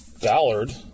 Ballard